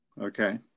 Okay